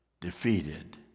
Defeated